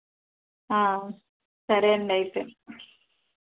సరే అండి అయితే